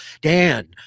Dan